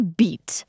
beat